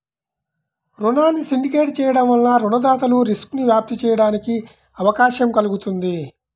రుణాన్ని సిండికేట్ చేయడం వలన రుణదాతలు రిస్క్ను వ్యాప్తి చేయడానికి అవకాశం కల్గుతుంది